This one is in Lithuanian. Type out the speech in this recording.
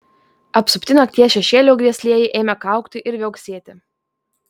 apsupti nakties šešėlių grėslieji ėmė kaukti ir viauksėti